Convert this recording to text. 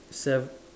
seven